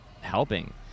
helping